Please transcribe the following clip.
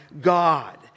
God